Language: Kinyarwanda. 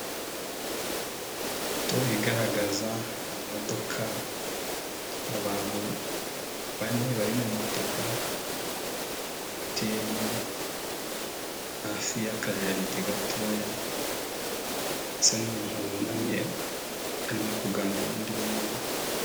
Ifoto igaragaza imodoka, abantu bane bari mu mutaka wa emutiyene hafi y'akajaride gatoya ndetse n'umuntu wunamye arimo kuganira n'undi mu modoka.